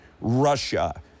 Russia